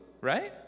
right